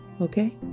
Okay